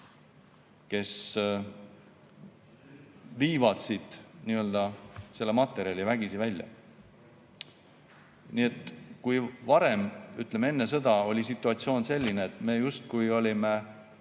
kes viivad siit selle materjali vägisi välja. Nii et varem, ütleme, enne sõda, oli situatsioon selline, et me olime